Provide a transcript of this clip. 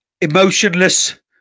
emotionless